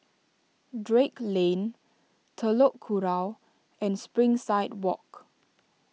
Drake Lane Telok Kurau and Springside Walk